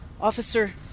Officer